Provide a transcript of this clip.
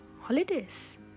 holidays